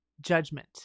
judgment